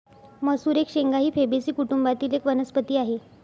मसूर एक शेंगा ही फेबेसी कुटुंबातील एक वनस्पती आहे